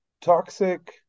toxic